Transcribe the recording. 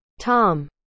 Tom